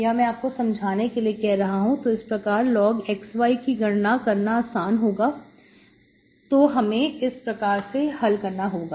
यह मैं आपको समझाने के लिए कह रहा हूं तो इस प्रकार log xy की गणना करना आसान होगा तो हमें इस प्रकार से हल करना होगा